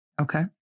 Okay